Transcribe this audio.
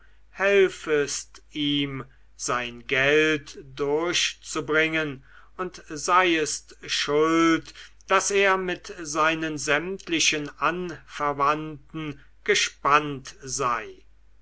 hälfest ihm sein geld durchbringen und seiest schuld daß er mit seinen sämtlichen anverwandten gespannt sei